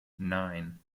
nine